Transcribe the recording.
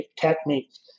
techniques